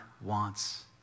wants